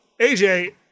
AJ